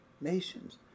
nations